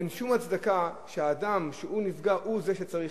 אין שום הצדקה שהאדם שנפגע הוא שצריך,